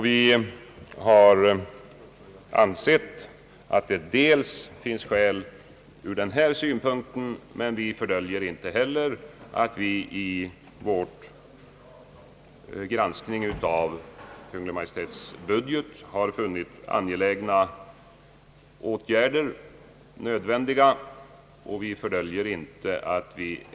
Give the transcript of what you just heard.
Vi har ansett att det ur den här syn punkten finns anledning att höja skatten, men vi fördöljer inte heller att vi under vår granskning av Kungl. Maj:ts budget har funnit olika åtgärder angelägna och nödvändiga.